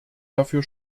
dafür